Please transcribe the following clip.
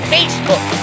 Facebook